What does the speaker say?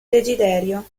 desiderio